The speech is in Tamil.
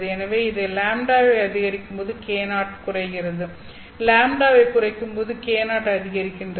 எனவே இந்த λ வை அதிகரிக்கும்போது k0 குறைகிறது λ வைக் குறைக்கும் போது k0 அதிகரிக்கின்றது